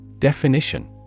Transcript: Definition